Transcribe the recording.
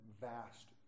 vast